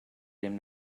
dem